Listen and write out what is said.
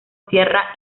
sierra